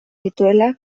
dituela